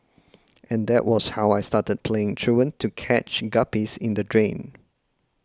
and that was how I started playing truant to catch guppies in the drain